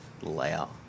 layout